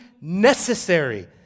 necessary